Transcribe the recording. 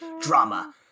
drama